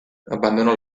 abbandonò